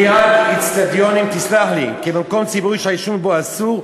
"קביעת אצטדיונים כמקום ציבורי שהעישון בו אסור,